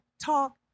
talk